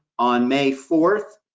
on may fourth,